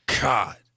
god